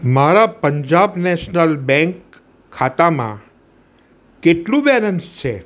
મારા Punjab National Bank ખાતામાં કેટલું બેલેન્સ છે